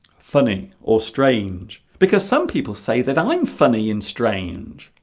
funny or strange because some people say that i'm funny and strange